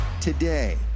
today